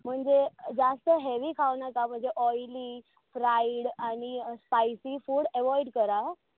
म्हणजे जास्त हें बी खावं नाका म्हणजे ऑयली फ्रायड आनी स्पायसी फूड एवॉयड करा